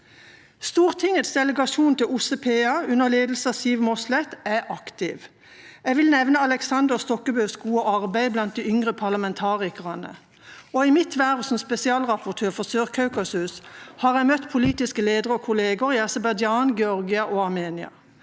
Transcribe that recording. parlamentarikerforsamling, under ledelse av Siv Mossleth, er aktiv. Jeg vil også nevne Aleksander Stokkebøs gode arbeid blant de yngre parlamentarikerne, og i mitt verv som spesialrapportør for Sør-Kaukasus har jeg møtt politiske ledere og kolleger i Aserbajdsjan, Georgia og Armenia.